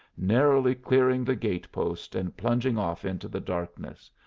narrowly clearing the gate-post, and plunged off into the darkness.